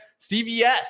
CVS